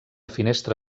finestra